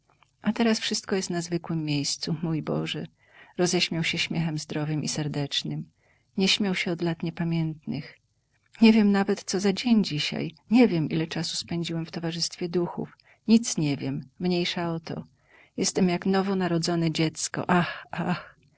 a teraz wszystko jest na zwykłem miejscu mój boże rozśmiał się śmiechem zdrowym i serdecznym nie śmiał się od lat niepamiętnych nie wiem nawet co za dzień dzisiaj nie wiem ile czasu spędziłem w towarzystwie duchów nic nie wiem mniejsza o to jestem jak nowonarodzone dziecko ah